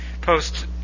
post